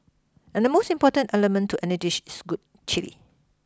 and the most important element to any dish is good chilli